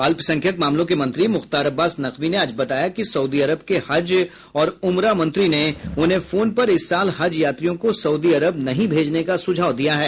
अल्पसंख्यक मामलों के मंत्री मुख्तार अब्बास नकवी ने आज बताया कि सऊदी अरब के हज और उमराह मंत्री ने उन्हें फोन पर इस साल हज यात्रियों को सउदी अरब नहीं भेजने का सुझाव दिया है